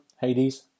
Hades